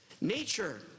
nature